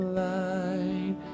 light